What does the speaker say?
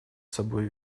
собой